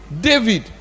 david